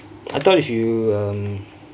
I thought if you um